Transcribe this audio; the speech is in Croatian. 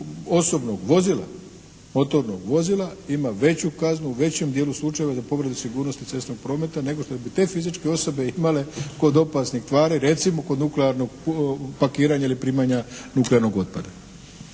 osobnog vozila, motornog vozila ima veću kaznu u većem dijelu slučajeva za povredu sigurnosti cestovnog prometa nego što bi te fizičke osobe imale kod opasnih tvari, recimo kod nuklearnog pakiranja ili primanja nuklearnog otpada.